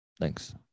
Thanks